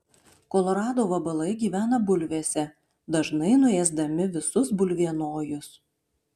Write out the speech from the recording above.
kolorado vabalai gyvena bulvėse dažnai nuėsdami visus bulvienojus